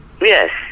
Yes